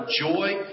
joy